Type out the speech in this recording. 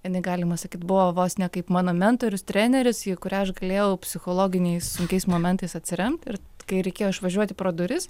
jinai galima sakyt buvo vos ne kaip mano mentorius treneris į kurią aš galėjau psichologiniais sunkiais momentais atsiremt ir kai reikėjo išvažiuoti pro duris